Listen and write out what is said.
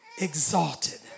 exalted